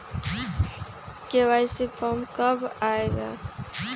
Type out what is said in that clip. KYC form कब आए गा?